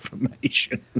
information